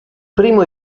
primo